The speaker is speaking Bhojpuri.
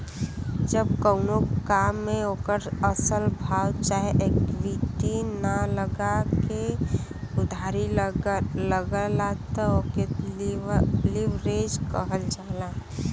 जब कउनो काम मे ओकर असल भाव चाहे इक्विटी ना लगा के उधारी लगला त ओके लीवरेज कहल जाला